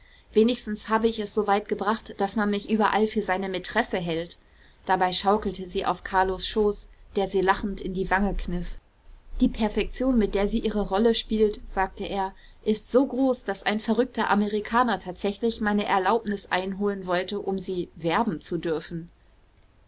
wenigstens hab ich es so weit gebracht daß man mich überall für seine mätresse hält dabei schaukelte sie auf carlos schoß der sie lachend in die wange kniff die perfektion mit der sie ihre rolle spielt sagte er ist so groß daß ein verrückter amerikaner tatsächlich meine erlaubnis einholen wollte um sie werben zu dürfen